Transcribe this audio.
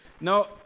Now